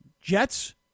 Jets